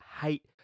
hate